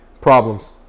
Problems